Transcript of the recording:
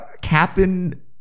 Captain